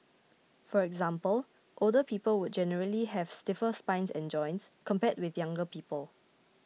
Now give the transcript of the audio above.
for example older people would generally have stiffer spines and joints compared with younger people